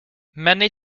many